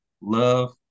love